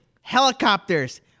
helicopters